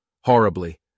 Horribly